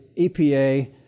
EPA